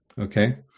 Okay